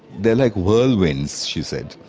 they are like whirlwinds she said,